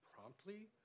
promptly